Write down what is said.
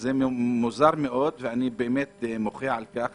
זה מוזר מאד, ואני מוחה על כך